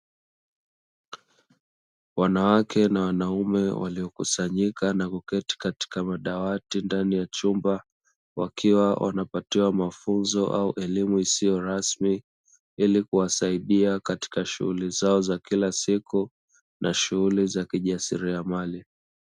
Wanawake na wanaume waliokusanyika na kuketi katika madawati ndani ya chumba, wakiwa wanapatiwa mafunzo au elimu isiyo rasmi ili kuwasaidia katika shughuli zao za kila siku na shughuli za kijasiriamali.